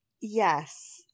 Yes